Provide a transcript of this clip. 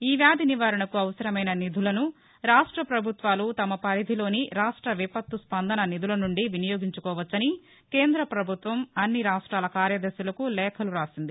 ఈ వ్యాధి నివారణకు అవసరమైన నిధులను రాష్ట పభుత్వాలు తమ పరిధిలోని రాష్ట విపత్తు స్పందన నిధుల నుండి వినియోగించుకోవచ్చని కేంద్ర పభుత్వం అన్ని రాష్ట్రాల కార్యదర్శులకు లేఖలు రాసింది